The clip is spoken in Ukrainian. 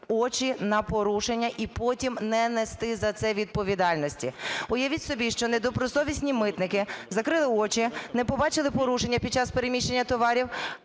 очі на порушення і потім не нести за це відповідальності. Уявіть собі, що недобросовісні митники закрили очі, не побачили порушення підчас переміщення товарів,